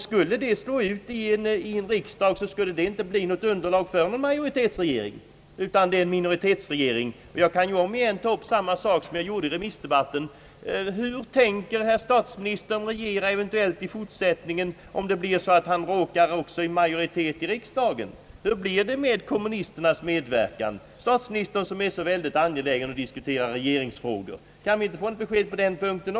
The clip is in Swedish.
Skulle detta slå ut i en riksdag, skulle det inte utgöra något underlag för en majoritetsregering utan resultera i en minoritetsregering. Jag kan åter ta upp samma sak, som jag talade om i remissdebatten: Hur tänker statsministern eventuellt regera i fortsättningen, om hans parti råkar i minoritet i riksdagen? Hur blir det då med kommunisternas medverkan? Kommer väljarna att få något besked på den punkten?